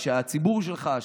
הציבור שלך,